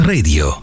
Radio